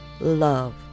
love